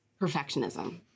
perfectionism